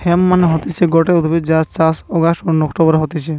hemp মানে হতিছে গটে উদ্ভিদ যার চাষ অগাস্ট নু অক্টোবরে হতিছে